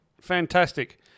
fantastic